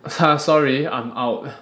sorry I'm out